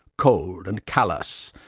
cold and callous,